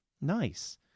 Nice